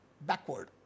backward